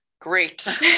Great